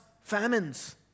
famines